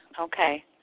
Okay